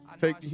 take